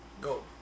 Go